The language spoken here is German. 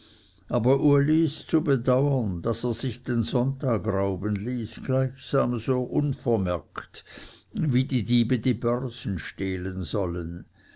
aber uli ist zu bedauern daß er sich den sonntag rauben ließ gleichsam so unvermerkt wie diebe die börsen stehlen sollen